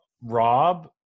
Rob